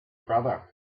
brother